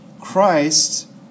Christ